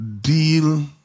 deal